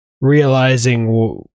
realizing